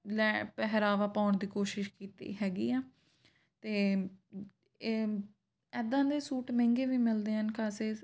ਲੈ ਪਹਿਰਾਵਾ ਪਾਉਣ ਦੀ ਕੋਸ਼ਿਸ਼ ਕੀਤੀ ਹੈਗੀ ਆ ਅਤੇ ਇੱਦਾਂ ਦੇ ਸੂਟ ਮਹਿੰਗੇ ਵੀ ਮਿਲਦੇ ਹਨ ਖਾਸੇ